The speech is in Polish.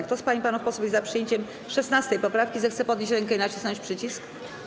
Kto z pań i panów posłów jest za przyjęciem 16. poprawki, zechce podnieść rękę i nacisnąć przycisk.